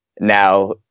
now